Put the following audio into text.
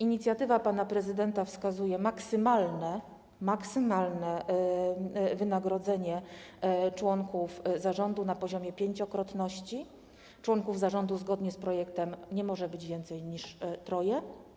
Inicjatywa pana prezydenta wskazuje maksymalne wynagrodzenie członków zarządu na poziomie pięciokrotności, członków zarządu zgodnie z projektem nie może być więcej niż troje.